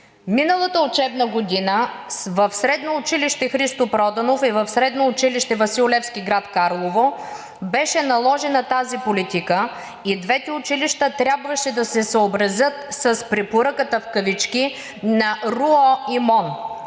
Миналата учебна година в Средно училище „Христо Проданов“ и в Средно училище „Васил Левски“ в град Карлово беше наложена тази политика и двете училища трябваше да се съобразят с препоръката в кавички на РУО и МОН.